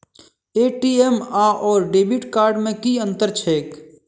ATM आओर debit card मे की अंतर छैक?